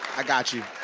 i got you.